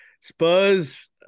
Spurs